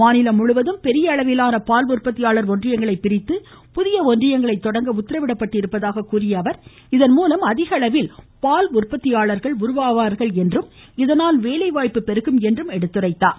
மாநிலம் முழுவதும் பெரிய அளவிலான பால் உற்பத்தியாளர் ஒன்றியங்களை பிரித்து புதிய ஒன்றியங்களை தொடங்க உத்தரவிட்டிருப்பதாக கூறிய முதலமைச்சர் இதன்மூலம் அதிக அளவில் பால் உற்பத்தியாளர்கள் உருவாகுவார்கள் என்றும் இதனால் வேலை வாய்ப்பு பெருகும் என்றும் கூறினார்